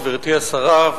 גברתי השרה,